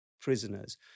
prisoners